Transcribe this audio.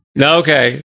okay